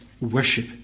worship